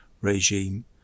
regime